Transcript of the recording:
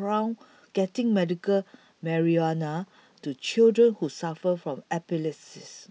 around getting medical marijuana to children who suffer from epilepsy